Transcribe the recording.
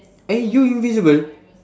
eh you invisible